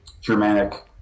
Germanic